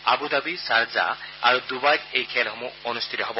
Abu Dhabi Sharjah আৰু ডুবাইত এই খেলসমূহ অনুষ্ঠিত হ'ব